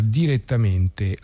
direttamente